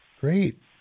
Great